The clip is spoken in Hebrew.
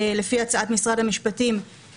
לפי הצעת משרד המשפטים,